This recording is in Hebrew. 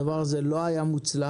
הדבר הזה לא היה מוצלח.